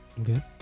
Okay